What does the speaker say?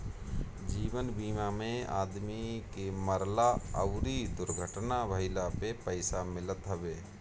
जीवन बीमा में आदमी के मरला अउरी दुर्घटना भईला पे पईसा मिलत हवे